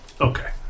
Okay